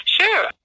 Sure